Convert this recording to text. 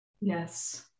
Yes